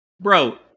bro